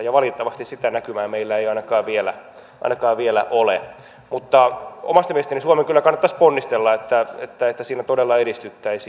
valitettavasti sitä näkymää meillä ei ainakaan vielä ole mutta omasta mielestäni suomen kyllä kannattaisi ponnistella että siinä todella edistyttäisiin